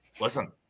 listen